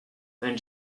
when